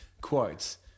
quotes